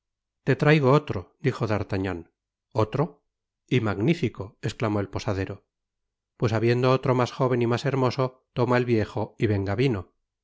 te traigo otro dijo d'artagnan y mag ni tico esclamó el posadero pues habiendo otro mas jóven y mas hermoso toma el viejo y venga vino